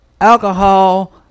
alcohol